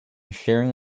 sharing